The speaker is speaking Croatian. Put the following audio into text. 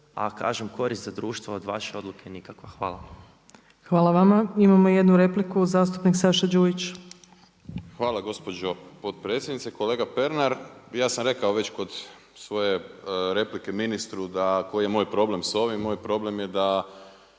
a korist za društvo od vaše odluke nikakva. Hvala. **Opačić, Milanka (SDP)** Hvala vama. Imamo jednu repliku zastupnik Saša Đujić. **Đujić, Saša (SDP)** Hvala gospođo potpredsjednice. Kolega Pernar. Ja sam rekao već kod svoje replike ministru da koji je moj problem s ovim. Moj problem je da